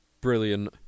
brilliant